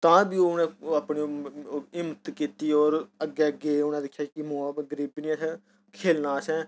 तां बी उ'नें ओह् अपनी ओह् हिम्मत कीती और अग्गै गे उ'नें दिक्खेआ कि मूहां पर गरीबी ऐ खेढना अ'सें